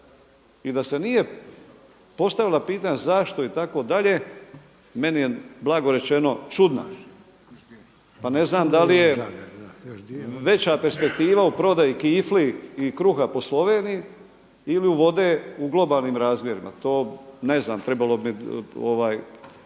i da se nije postavilo pitanje zašto itd. meni je blago rečeno čudna, pa ne znam da li je veća perspektiva u prodaji kifli i kruha po Sloveniji ili vode u globalnim razmjerima. To ne znam, trebalo bi više